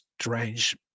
strange